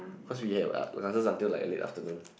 cause we had uh classes like until late afternoon